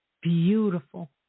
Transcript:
Beautiful